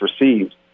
received